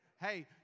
hey